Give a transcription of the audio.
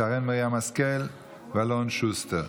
שרן מרים השכל ואלון שוסטר.